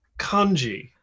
kanji